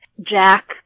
Jack